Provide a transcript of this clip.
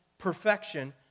perfection